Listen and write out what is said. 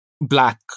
Black